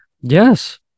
Yes